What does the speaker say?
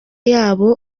yabo